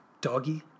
Doggy